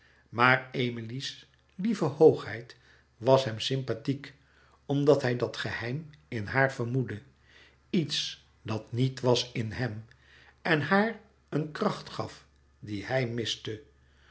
waard maar emilie's lieve hoogheid was hem sympathiek omdat hij dat geheim in haar vermoedde iets dat niet was in hem en haar een kracht gaf die hij miste